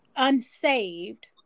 unsaved